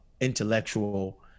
intellectual